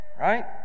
right